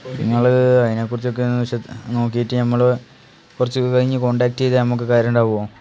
പിന്നെയുള്ളത് അതിനെക്കുറിച്ചൊക്കെയെന്ന് നോക്കിയിട്ട് നമ്മൾ കുറച്ച് കഴിഞ്ഞ് കോണ്ടാക്ട് ചെയ്താൽ നമുക്ക് കാര്യമുണ്ടാവുമോ